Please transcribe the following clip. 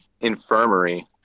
infirmary